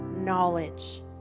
knowledge